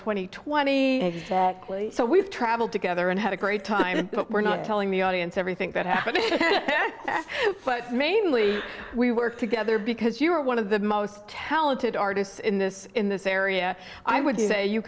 twenty twenty so we've travelled together and had a great time and we're not telling the audience everything that happened but mainly we work together because you are one of the most talented artists in this in this area i would